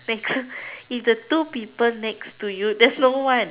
thank is the two people next to you there's no one